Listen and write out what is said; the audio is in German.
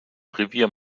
revier